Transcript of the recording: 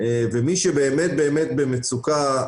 ומי שבאמת במצוקה,